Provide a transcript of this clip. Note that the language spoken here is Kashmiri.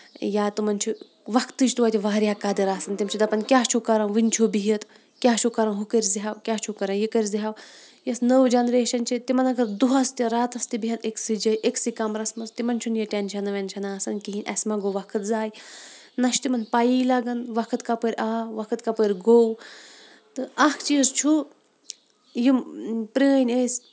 یا تِمَن چھُ وقتٕچ توتہِ واریاہ قدٕر آسان تِم چھِ دپان کیاہ چھُو کَرُن وُنہِ چھُو بِہتھ کیاہ چھُو کران ہُہ کٔرزِہو کیاہ چھُو کَرُن یہِ کٔرزِہو یۄس نٔو جنریشن چھِ تِمن اَگر دوہس تہِ راتس بیہن أکسی جایہِ أکسی کَمرس منٛز تِمن چھُ نہٕ یہِ ٹینشنا وینشنا آسان کِہینۍ اَسہِ مہ گوٚو وقت زایہِ نہ چھُ تِمن پَیی لگان وقت کَپٲر آو وھت کَپٲر گوٚو تہٕ اکھ چیٖز چھُ یِم پرٲنۍ ٲسۍ